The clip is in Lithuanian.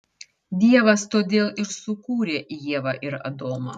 dievas todėl ir sukūrė ievą ir adomą